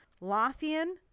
Lothian